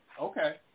Okay